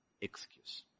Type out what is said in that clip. excuse